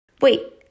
wait